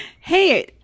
Hey